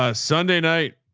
ah sunday night.